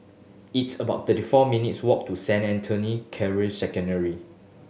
it's about thirty four minutes' walk to Saint Anthony Secondary